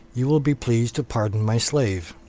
you will be pleased to pardon my slave.